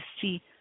see